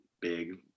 big